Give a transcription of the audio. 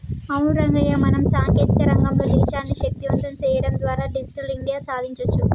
అవును రంగయ్య మనం సాంకేతిక రంగంలో దేశాన్ని శక్తివంతం సేయడం ద్వారా డిజిటల్ ఇండియా సాదించొచ్చు